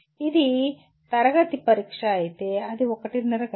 ఇది తరగతి పరీక్ష అయితే అది ఒకటిన్నర గంటలు